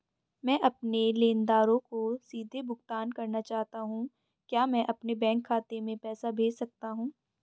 मैं अपने लेनदारों को सीधे भुगतान करना चाहता हूँ क्या मैं अपने बैंक खाते में पैसा भेज सकता हूँ?